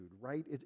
right